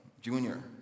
junior